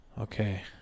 Okay